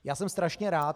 Já jsem strašně rád.